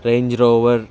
Range Rover